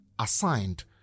assigned